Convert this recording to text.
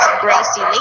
Gracie